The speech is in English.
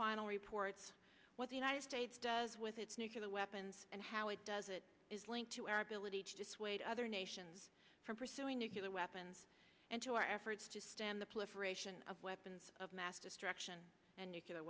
final reports what the united states does with its nuclear weapons and how it does it is linked to our ability to dissuade other nations from pursuing nuclear weapons and to our efforts to stand the flipper ration of weapons of mass destruction and nucular